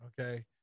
okay